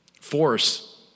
force